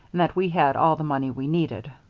and that we had all the money we needed.